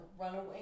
runaway